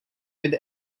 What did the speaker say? with